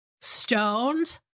stoned